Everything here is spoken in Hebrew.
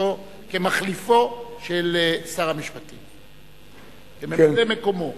כמחליפו של שר המשפטים וממלא-מקומו.